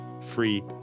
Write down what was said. free